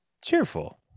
Cheerful